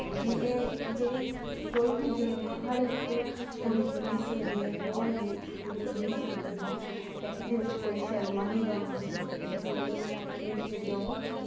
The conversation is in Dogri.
ते एह् जेह्ड़ी कोई बी गेम ऐ हर इक कुड़ी खेली सकदी ऐ कोह्ल बी कुड़ी खेली सकदी ऐ ते एह्दे बिच कोई शर्म आह्ली गल्ल निं ऐ कि हर इक खेढ जेह्ड़ी ऐ ओह्